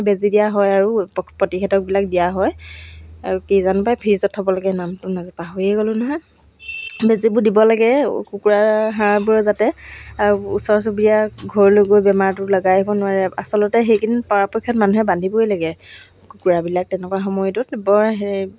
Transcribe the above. B A পঢ়ি শেষ হ'ল তাৰপিছত মই ঘৰতে আৰু এম এ পঢ়িবলৈওতো ঘৰত ইমানখিনি পইচা পাতি নাই নহ্ ত' মাহঁতে কিমান পইচা দিব মোক পঢ়া ক্ষেত্ৰতে ত' বি এতে মোৰ পঢ়া জীৱন সামৰ সামৰা নিচিনা হ'ল তাৰপিছত